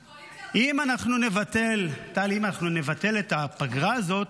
הקואליציה --- טלי, אם אנחנו נבטל את הפגרה הזו,